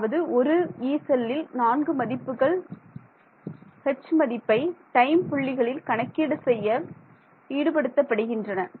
அதாவது ஒரு 'யீ' செல்லில் நான்கு மதிப்புகள் H மதிப்பை டைம் புள்ளிகளில் கணக்கீடு செய்ய ஈடுபடுத்தப்படுகின்றன